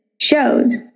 shows